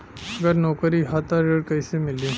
अगर नौकरी ह त ऋण कैसे मिली?